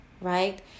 right